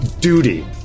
Duty